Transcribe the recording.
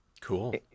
Cool